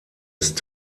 ist